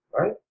right